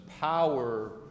power